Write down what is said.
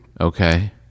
okay